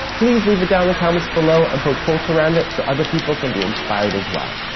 please leave it down in the comments below, and put quotes around it so other people can be inspired as well.